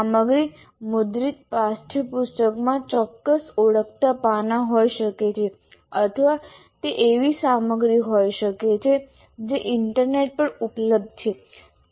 સામગ્રી મુદ્રિત પાઠ્યપુસ્તકમાં ચોક્કસ ઓળખાતા પાના હોઈ શકે છે અથવા તે એવી સામગ્રી હોઈ શકે છે જે ઇન્ટરનેટ પર ઉપલબ્ધ છે